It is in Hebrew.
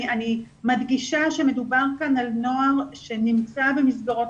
אני מדגישה שמדובר כאן על נוער שנמצא במסגרות,